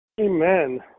Amen